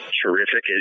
terrific